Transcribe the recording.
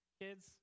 kids